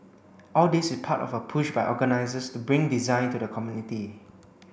all this is part of a push by organisers to bring design to the community